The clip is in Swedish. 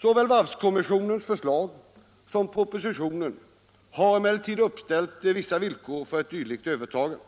Såväl varvskommissionens förslag som propositionen har emellertid uppställt vissa villkor för ett dylikt övertagande.